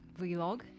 vlog